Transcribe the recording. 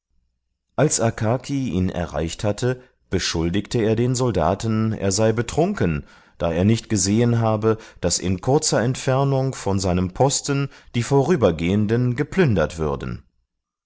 als akaki ihn erreicht hatte beschuldigte er den soldaten er sei betrunken da er nicht gesehen habe daß in kurzer entfernung von seinem posten die vorübergehenden geplündert würden